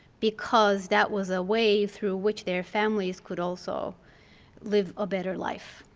because that was a way through which their families could also live a better life,